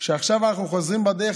עכשיו כשאנחנו חוזרים בדרך,